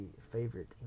favorite